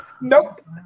Nope